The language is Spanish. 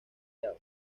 callao